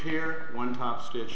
here one topstitch